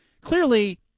Clearly